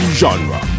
genre